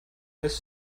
this